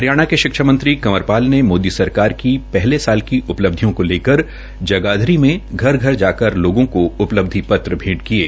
हरियाणा के शिक्षा मंत्री कंवर पाल ने मोदी सरकार की पहले साल उपलब्धियों को लेकर जगाधरी में घर घर जाकर लोगों को उपलब्धिी पत्र भैंट किये